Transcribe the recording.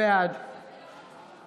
בעד